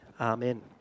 Amen